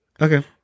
Okay